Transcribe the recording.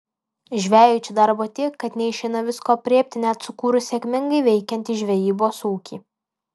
žvejui čia darbo tiek kad neišeina visko aprėpti net sukūrus sėkmingai veikiantį žvejybos ūkį